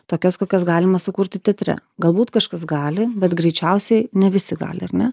tokias kokias galima sukurti teatre galbūt kažkas gali bet greičiausiai ne visi gali ar ne